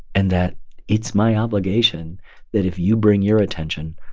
and that it's my obligation that if you bring your attention,